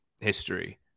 history